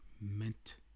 meant